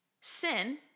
Sin